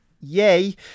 yay